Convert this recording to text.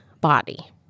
body